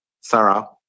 Sarah